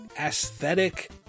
aesthetic